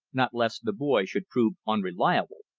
not lest the boy should prove unreliable,